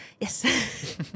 yes